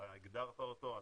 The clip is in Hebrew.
הגדרת אותו,